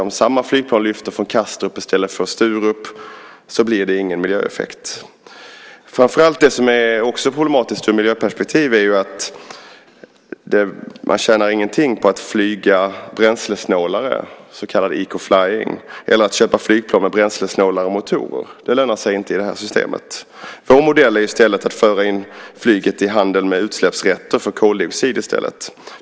Om samma flygplan lyfter från Kastrup i stället för Sturup blir det ingen miljöeffekt. Det som framför allt är problematiskt ur ett miljöperspektiv är att man tjänar ingenting på att flyga bränslesnålare, så kallad eco flying , eller att köpa flygplan med bränslesnålare motorer. Det lönar sig inte i det systemet. Vår modell är i stället att föra in flyget i handeln med utsläppsrätter för koldioxid.